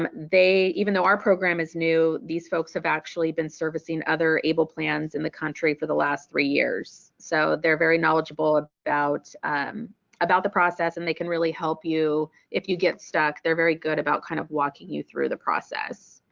um even though our program is new, these folks have actually been servicing other able plans in the country for the last three years so they're very knowledgeable about about the process and they can really help you if you get stuck. they're very good about kind of walking you through the process.